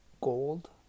gold